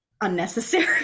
unnecessary